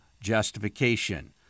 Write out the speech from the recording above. justification